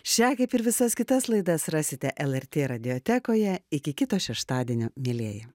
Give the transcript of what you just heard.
šią kaip ir visas kitas laidas rasite lrt radiotekoje iki kito šeštadienio mielieji